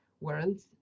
worlds